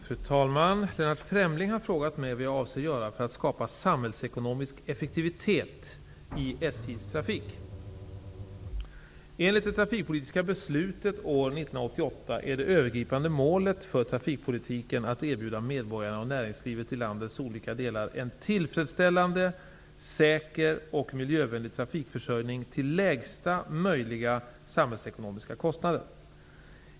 Fru talman! Lennart Fremling har frågat mig vad jag avser göra för att skapa samhällsekonomisk effektivitet i SJ:s trafik. Enligt det trafikpolitiska beslutet år 1988 är det övergripande målet för trafikpolitiken att erbjuda medborgarna och näringslivet i landets olika delar en tillfredsställande, säker och miljövänlig trafikförsörjning till lägsta möjliga samhällsekonomiska kostnader.